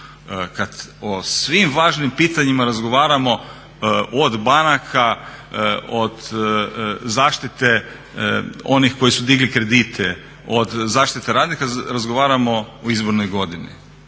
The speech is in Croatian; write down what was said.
kad o svim važnim pitanjima razgovaramo od banaka, od zaštite onih koji su digli kredite, od zaštite radnika razgovaramo u izbornoj godini.